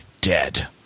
dead